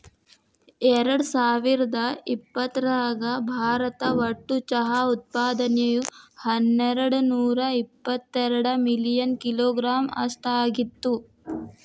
ಎರ್ಡಸಾವಿರದ ಇಪ್ಪತರಾಗ ಭಾರತ ಒಟ್ಟು ಚಹಾ ಉತ್ಪಾದನೆಯು ಹನ್ನೆರಡನೂರ ಇವತ್ತೆರಡ ಮಿಲಿಯನ್ ಕಿಲೋಗ್ರಾಂ ಅಷ್ಟ ಆಗಿತ್ತು